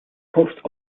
post